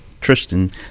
Tristan